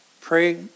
pray